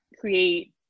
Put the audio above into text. create